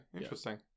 Interesting